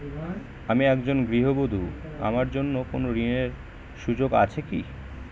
আমি একজন গৃহবধূ আমার জন্য কোন ঋণের সুযোগ আছে কি?